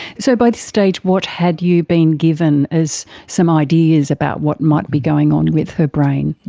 so by this stage what had you been given as some ideas about what might be going on with her brain?